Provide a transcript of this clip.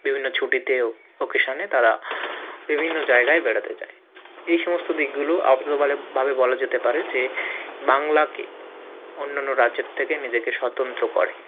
বিভিন্ন ছুটিতে ও অকেশনে তারা বিভিন্ন জায়গায় বেড়াতে যায় এই সমস্ত দিকগুলো আপাতভাবে বলা যেতে পারে যে বাংলাকে অন্য অন্য রাজ্যর থেকে নিজেকে স্বতন্ত্র করে